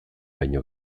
baino